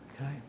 okay